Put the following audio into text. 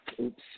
Oops